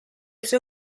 sue